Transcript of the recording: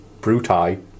Brutai